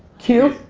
q?